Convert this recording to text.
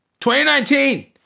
2019